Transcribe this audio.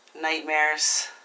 nightmares